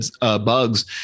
bugs